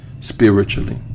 spiritually